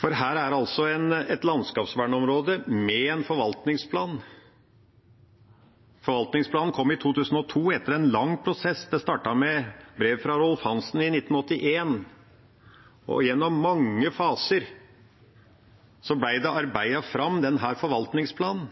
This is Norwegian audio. Her er det altså et landskapsvernområde med en forvaltningsplan. Forvaltningsplanen kom i 2002 etter en lang prosess. Det startet med brev fra Rolf Hansen i 1981. Gjennom mange faser ble denne forvaltningsplanen arbeidet fram,